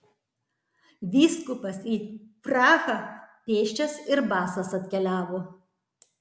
vyskupas į prahą pėsčias ir basas atkeliavo